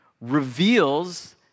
reveals